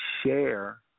share